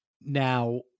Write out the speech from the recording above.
Now